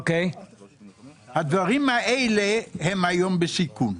הדברים האלה היום בסיכון.